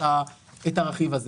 את הרכיב הזה.